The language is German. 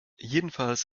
jedenfalls